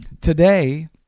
today